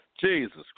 Jesus